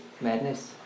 madness